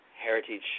Heritage